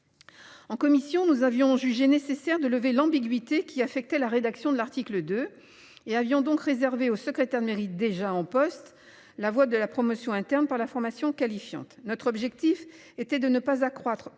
En commission, nous avions jugé nécessaire de lever l'ambiguïté qui affectait la rédaction de l'article 2 et avions donc réservé au secrétaire mérite déjà en poste. La voie de la promotion interne par la formation qualifiante. Notre objectif était de ne pas accroître